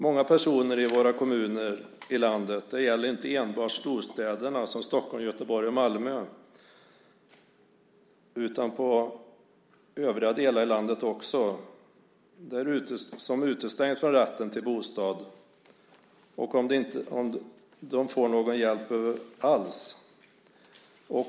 Många personer i våra kommuner i landet - det gäller inte enbart storstäder som Stockholm, Göteborg och Malmö utan i övriga delar av landet också - utestängs från rätten till bostad och får ingen hjälp alls.